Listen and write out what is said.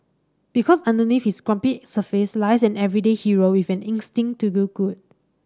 because underneath his grumpy surface lies an everyday hero with an instinct to do good